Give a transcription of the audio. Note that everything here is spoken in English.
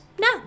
No